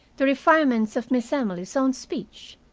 the refinements of miss emily's own speech.